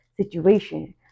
situation